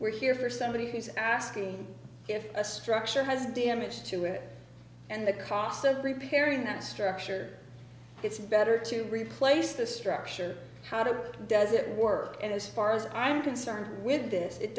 we're here for somebody who's asking if a structure has damage to it and the cost of repairing that structure it's better to replace the structure how do does it work and as far as i'm concerned with this it